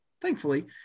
thankfully